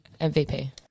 mvp